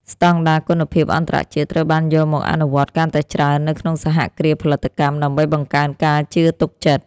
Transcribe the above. ស្តង់ដារគុណភាពអន្តរជាតិត្រូវបានយកមកអនុវត្តកាន់តែច្រើននៅក្នុងសហគ្រាសផលិតកម្ម ដើម្បីបង្កើនការជឿទុកចិត្ត។